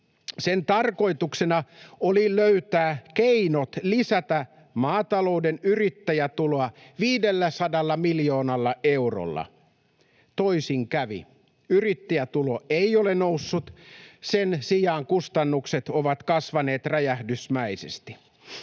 Sen tarkoituksena oli löytää keinot lisätä maatalouden yrittäjätuloa 500 miljoonalla eurolla. Toisin kävi. Yrittäjätulo ei ole noussut, sen sijaan kustannukset ovat kasvaneet räjähdysmäisesti.